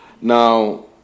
Now